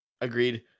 Agreed